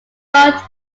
provoked